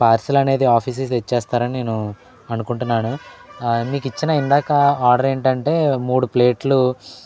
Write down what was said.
parcel అనేది ఆఫీస్కి తెచ్చేస్తారని నేను అనుకుంటున్నాను మీకు ఇచ్చిన ఇందాక ఆర్డర్ ఏంటంటే మూడు ప్లేట్లు